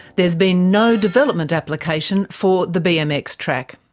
there has been no development application for the bmx track.